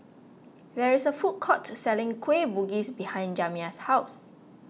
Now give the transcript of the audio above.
there is a food court selling Kueh Bugis behind Jamya's house